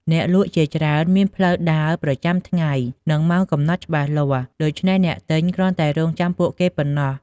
អ្នកលក់ជាច្រើនមានផ្លូវដើរប្រចាំថ្ងៃ និងម៉ោងកំណត់ច្បាស់លាស់ ដូច្នេះអ្នកទិញគ្រាន់តែរង់ចាំពួកគេប៉ុណ្ណោះ។